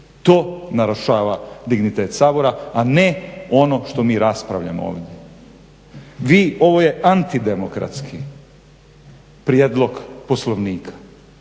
To narušava dignitet Sabora a ne ono što mi raspravljamo ovdje. Vi ovo je antidemokratski prijedlog poslovnika.